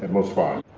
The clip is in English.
most five.